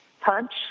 punch